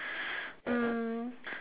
um